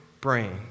brain